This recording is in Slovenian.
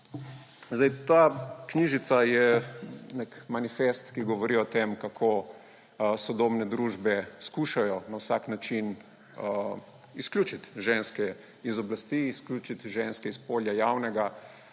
Ta knjižica je nek manifest, ki govori o tem, kako sodobne družbe skušajo na vsak način izključiti ženske iz oblasti, izključiti ženske iz polja javnega.